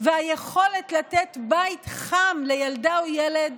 והיכולת לתת בית חם לילדה או לילד